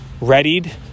readied